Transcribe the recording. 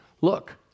Look